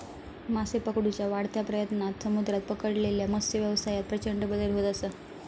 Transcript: मासे पकडुच्या वाढत्या प्रयत्नांन समुद्रात पकडलेल्या मत्सव्यवसायात प्रचंड बदल होत असा